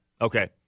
Okay